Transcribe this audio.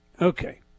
Okay